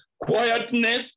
quietness